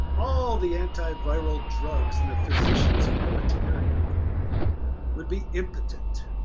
all the antiviral drugs in the physician's armamentarium would be impotent.